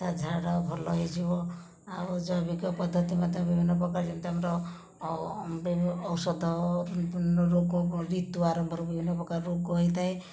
ତା ଝାଡ଼ା ଭଲ ହୋଇଯିବ ଆଉ ଜୈବିକ ପଦ୍ଧତି ମଧ୍ୟ ବିଭିନ୍ନ ପ୍ରକାର ଯେମିତି ଆମର ଔଷଧ ରୋଗ ବିଭିନ୍ନ ପ୍ରକାର ରୋଗ ହୋଇଥାଏ